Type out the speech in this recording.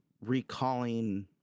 recalling